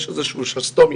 יש איזשהו שסתום,